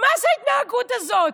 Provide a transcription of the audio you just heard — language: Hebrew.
מה זה ההתנהגות הזאת?